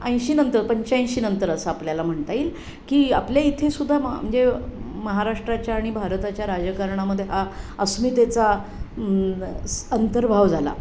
ऐंशीनंतर पंच्याऐंशीनंतर असं आपल्याला म्हणता येईल की आपल्या इथे सुद्धा म म्हणजे महाराष्ट्राच्या आणि भारताच्या राजकारणामध्ये हा अस्मितेचा स् अंतर्भाव झाला